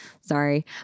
sorry